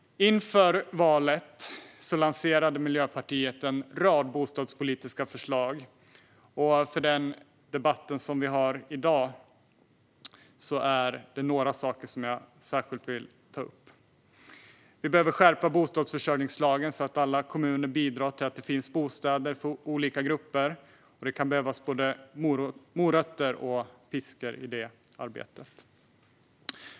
Inför valet lanserade Miljöpartiet en rad bostadspolitiska förslag. I den debatt som vi har i dag är det några saker som jag särskilt vill ta upp. Vi behöver skärpa bostadsförsörjningslagen, så att alla kommuner bidrar till att det finns bostäder för olika grupper. Det kan behövas både morötter och piskor i det arbetet.